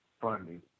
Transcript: funding